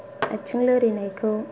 आथिं लोरिनायखौ